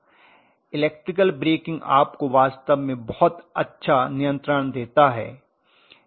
electrical braking आपको वास्तव में बहुत अच्छा नियंत्रण देता है